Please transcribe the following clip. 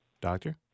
Doctor